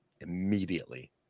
immediately